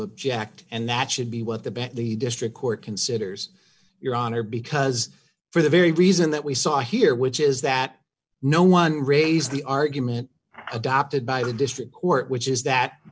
object and that should be what the bet the district court considers your honor because for the very reason that we saw here which is that no one raised the argument adopted by the district court which is that